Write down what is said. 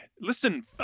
Listen